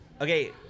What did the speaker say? Okay